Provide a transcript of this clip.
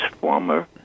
former